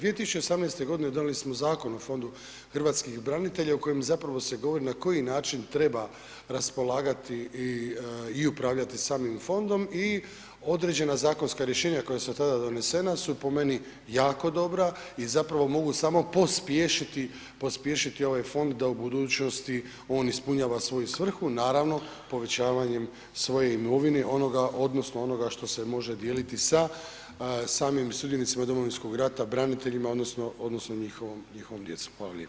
2018.g. donijeli smo Zakon o Fondu hrvatskih branitelja u kojem zapravo se govori na koji način treba raspolagati i, i upravljati samim fondom i određena zakonska rješenja koja su tada donesena su po meni jako dobra i zapravo mogu samo pospješiti, pospješiti ovaj fond da u budućnosti on ispunjava svoju svrhu, naravno povećavanjem svoje imovine i onoga odnosno onoga što se može dijeliti sa samim sudionicima Domovinskog rata braniteljima odnosno, odnosno, njihovom, njihovom djecom.